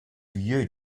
vieux